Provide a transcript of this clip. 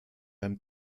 beim